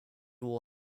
will